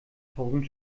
tausend